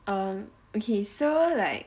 um okay so like